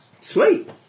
Sweet